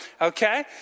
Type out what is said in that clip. okay